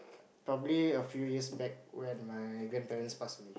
probably a few years back when my grandparents passed away